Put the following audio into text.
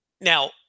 Now